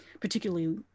particularly